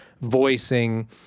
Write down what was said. voicing